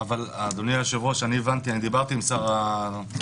אבל אדוני היושב ראש, אני דיברתי עם שר התיירות